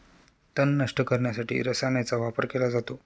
तण नष्ट करण्यासाठी रसायनांचा वापर केला जातो